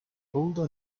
older